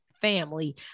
family